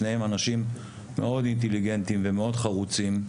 שניהם אנשים מאוד אינטליגנטים ומאוד חרוצים,